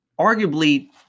arguably